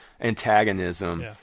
antagonism